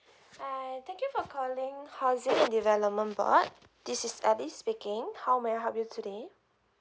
hi thank you for calling housing development board this is alice speaking how may I help you today